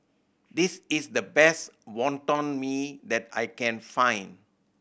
this is the best Wonton Mee that I can find